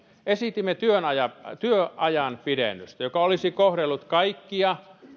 esitimme työajan työajan pidennystä joka olisi kohdellut kaikkia